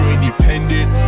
independent